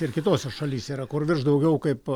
ir kitose šalyse yra kur virš daugiau kaip